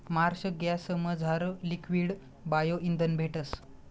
Marsh गॅसमझार liquid bio इंधन भेटस